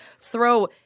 throw